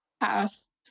Past